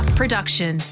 production